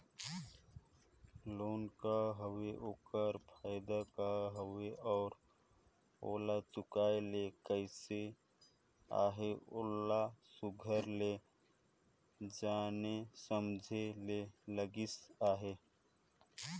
loan का हवे ओकर फएदा का हवे अउ ओला चुकाए ले कइसे अहे ओला सुग्घर ले जाने समुझे में लगिस अहे